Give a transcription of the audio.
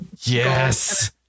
Yes